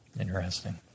Interesting